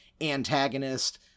antagonist